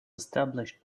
established